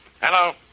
Hello